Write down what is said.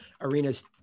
arena's